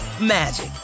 magic